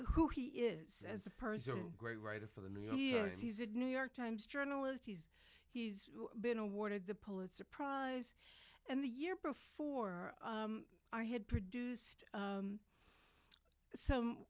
who he is as a person great writer for the new years he said new york times journalist he's he's been awarded the pulitzer prize and the year before i had produced some